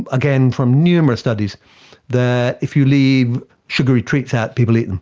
again, from numerous studies that if you leave sugary treats out, people eat them.